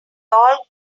all